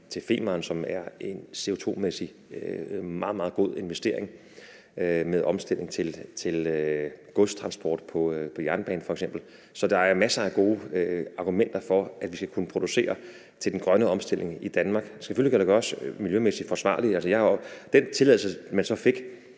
til Femern, som er en CO2-mæssig meget, meget god investering med omstilling til f.eks. godstransport på jernbane. Så der er masser af gode argumenter for, at vi skal kunne producere til den grønne omstilling i Danmark. Selvfølgelig skal det gøres miljømæssigt forsvarligt. Den tilladelse, man så fik